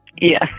Yes